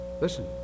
Listen